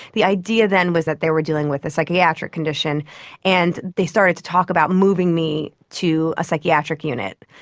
the idea then was that they were dealing with a psychiatric condition and they started to talk about moving me to a psychiatric unit.